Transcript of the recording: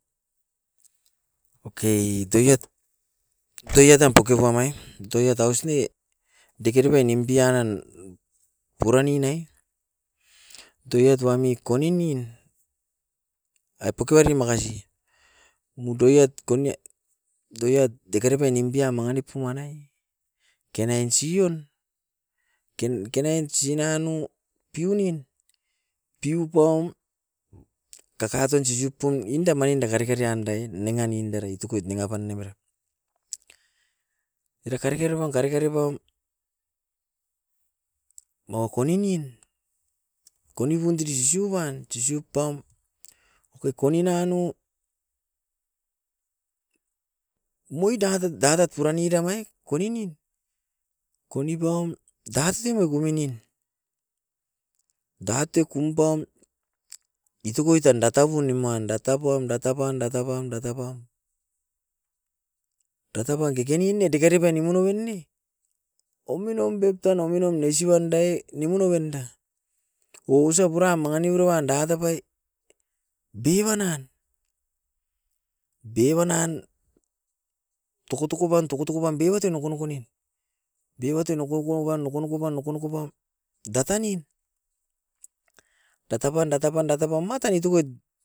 Oke doiat, doiat tam pukepama ia, doiat aus ne dikare pai nimpian nan puran nin ai doiat wami konimin. A pukari makasi, mou doiat koniae doiat dikare pai nimpia manginip puanai, kenain sion, kenain sinanu piunin, piupaum takaton sisiop puam inda manin daka reke riandae nanga nin darai tukuit nanga pan nam era. Era kareke rowan, kareke ripaum mauko ninin konibun tini sisiuban, sisiup pam. Oke konin nanou muidadat, dadat puran ni rangai koni nin. Koni paun, datetina konin nin, date kumpam itokoi tan databun nimuan da tapuam, data pum, data pam, data pam. Data pam kekenin ne dikere pan nimu noven ne ouminom pep tan ouminom neisiban dae nimun noven da. Ousa puran manginip purou wanda atapai biban nan, biban nan tuku pan tuk pan bibatui nokonoko nin. Bibatui nokonoko noven, nokonoko ban, nokonoko ban data nin. Data pan, data pan, data pan matan itokoit